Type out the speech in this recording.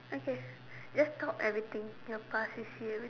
okay just talk everything your past C_C_A